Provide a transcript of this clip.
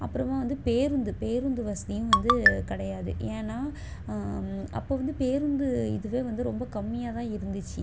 அப்புறமாக வந்து பேருந்து பேருந்து வசதியும் வந்து கிடையாது ஏன்னால் அப்போ வந்து பேருந்து இதுவே வந்து ரொம்ப கம்மியாக தான் இருந்துச்சு